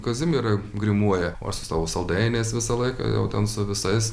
kazimierą grimuoja o aš su savo saldainiais visą laiką jau ten su visais